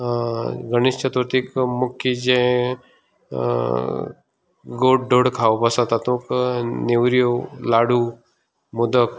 गणेश चतुर्थीक मुख्य जें गोड धोड खावप आसा तातूंक नेवऱ्यो लाडू मोदक